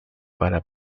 para